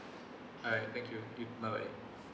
alright thank you you bye bye